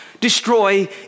destroy